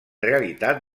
realitat